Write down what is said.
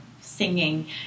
singing